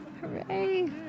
Hooray